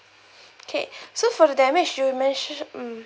okay so for the damage you mention mm